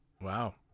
Wow